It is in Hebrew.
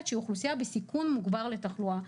שהיא אוכלוסייה בסיכון מוגבר לתחלואה,